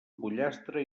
pollastre